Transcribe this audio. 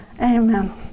amen